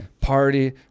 party